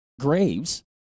Graves